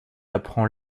apprend